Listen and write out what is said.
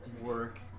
work